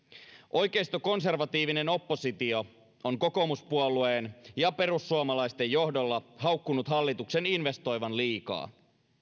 oikeistokonservatiivinen oppositio on kokoomuspuolueen ja perussuomalaisten johdolla haukkunut hallituksen investoivan liikaa